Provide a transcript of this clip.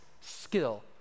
skill